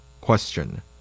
Question